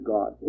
God